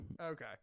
Okay